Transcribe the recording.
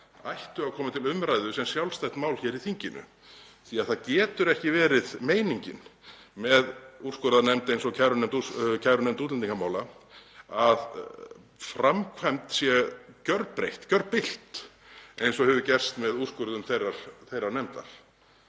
ættu að koma til umræðu sem sjálfstætt mál í þinginu. Það getur ekki verið meiningin með úrskurðarnefnd eins og kærunefnd útlendingamála að framkvæmd sé gjörbylt eins og hefur gerst með úrskurðum þeirrar nefndar.